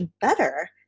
better